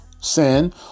sin